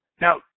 Now